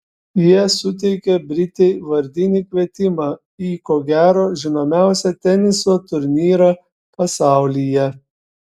jie suteikė britei vardinį kvietimą į ko gero žinomiausią teniso turnyrą pasaulyje